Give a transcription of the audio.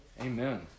Amen